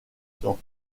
temps